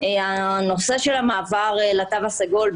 הנושא המעבר לתו הסגול,